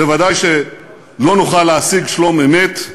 בוודאי שלא נוכל להשיג שלום אמת,